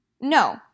No